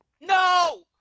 No